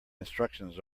instructions